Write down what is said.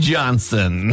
Johnson